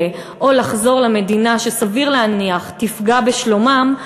או לחזור למדינה שסביר להניח שתפגע בשלומם,